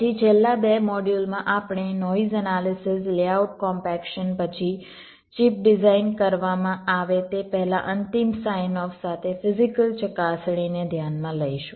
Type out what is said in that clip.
પછી છેલ્લા બે મોડ્યુલમાં આપણે નોઈઝ એનાલિસિસ લેઆઉટ કોમ્પેક્શન પછી ચિપ ડિઝાઇન કરવામાં આવે તે પહેલાં અંતિમ સાઇન ઓફ સાથે ફિઝીકલ ચકાસણીને ધ્યાનમાં લઈશું